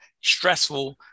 stressful